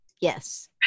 Yes